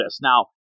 Now